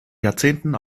jahrzehnten